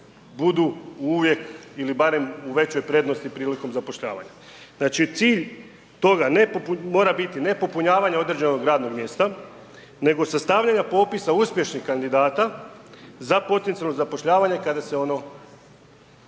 budu uvijek ili barem u većoj prednosti prilikom zapošljavanja. Znači cilj toga ne, mora biti, ne popunjavanje određenog radnog mjesta, nego sastavljanje popisa uspješnih kandidata, za potencijalno zapošljavanje kada se ono,